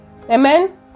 Amen